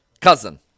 cousin